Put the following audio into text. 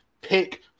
pick